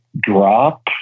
drop